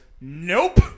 nope